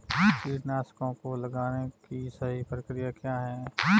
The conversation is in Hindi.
कीटनाशकों को लगाने की सही प्रक्रिया क्या है?